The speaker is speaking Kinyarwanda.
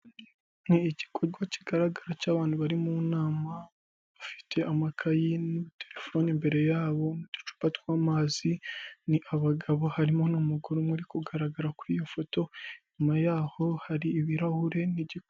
Ni igikorwa kigaragara cy'abantu bari mu nama bafite amakayi na telefone imbere yabo n'uducupa tw'amazi, ni abagabo harimo n'umugore umwe uri kugaragara kuri iyo foto inyuma yaho hari ibirahure n'igi.